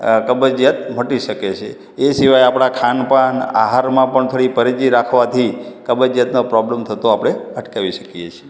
અ કબજીયાત મટી શકે છે એ સિવાય આપણા ખાન પાન આહારમાં પણ થોડી પરેજી રાખવાથી કબજીયાતનો પ્રૉબ્લેમ થતો આપણે અટકાવી શકીએ છીએ